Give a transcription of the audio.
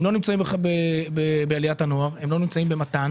הם לא נמצאים בעליית הנוער, הם לא נמצאים במת"ן